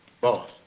Boss